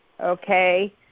Okay